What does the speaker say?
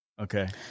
Okay